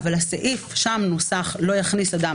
אבל הסעיף שם נוסח כך: "לא יכניס אדם,